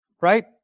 right